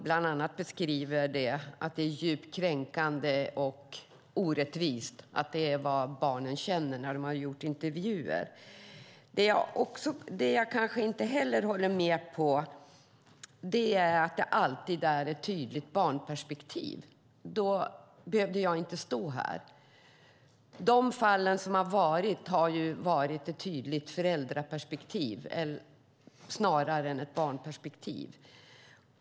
Man beskriver bland annat att barnen i intervjuer sagt att de känner att det är djupt kränkande och orättvist. Jag håller inte heller med om att det alltid är ett tydligt barnperspektiv. Om det var så behövde jag inte stå här. Det har varit ett tydligt föräldraperspektiv i fallen snarare än ett barnperspektiv.